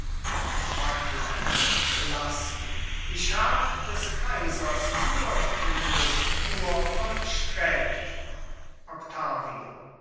buttler gelassen ich hab des kaisers urtel nur vollstreckt octavio